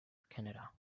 canada